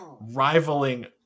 rivaling